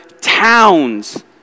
towns